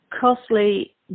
costly